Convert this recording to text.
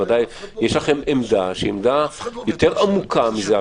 ודאי יש עמדה שהיא עמדה יותר עמוקה מזו.